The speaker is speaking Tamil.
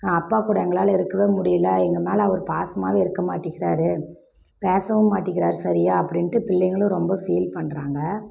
அப்பா கூட எங்களால் இருக்கவே முடியல எங்கள் மேல் அவர் பாசமாகவே இருக்க மாட்டேங்கிறாரு பேசவும் மாட்டேங்கிறாரு சரியாக அப்படின்ட்டு பிள்ளைங்களும் ரொம்ப ஃபீல் பண்ணுறாங்க